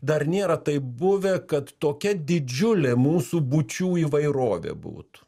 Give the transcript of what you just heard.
dar nėra taip buvę kad tokia didžiulė mūsų būčių įvairovė būtų